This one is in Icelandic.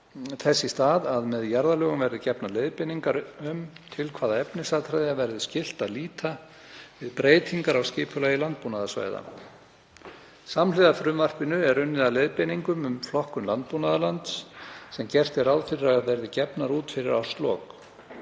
lagt til að með jarðalögum verði gefnar leiðbeiningar um til hvaða efnisatriða verði skylt að líta við breytingar á skipulagi landbúnaðarsvæða. Samhliða frumvarpinu er unnið að leiðbeiningum um flokkun landbúnaðarlands sem gert er ráð fyrir að verði gefnar út fyrir árslok.